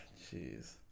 jeez